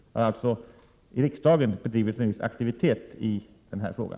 Det har alltså i riksdagen bedrivits en viss aktivitet i den här frågan.